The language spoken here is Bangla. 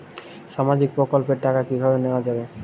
সামাজিক প্রকল্পের টাকা কিভাবে নেওয়া যাবে?